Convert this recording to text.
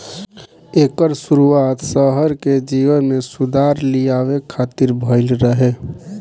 एकर शुरुआत शहर के जीवन में सुधार लियावे खातिर भइल रहे